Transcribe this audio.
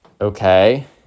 okay